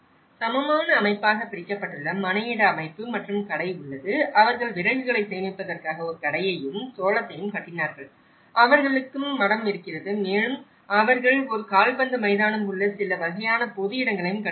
சமமான அமைப்பாகப் பிரிக்கப்பட்டுள்ள மனையிட அமைப்பு மற்றும் கடை உள்ளது அவர்கள் விறகுகளை சேமிப்பதற்காக ஒரு கடையையும் சோளத்தையும் கட்டினார்கள் அவர்களுக்கும் மடம் இருக்கிறது மேலும் அவர்கள் ஒரு கால்பந்து மைதானம் உள்ள சில வகையான பொது இடங்களையும் கட்டினார்கள்